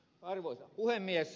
arvoisa puhemies